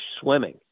swimming